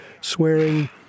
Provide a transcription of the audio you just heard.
swearing